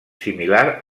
similar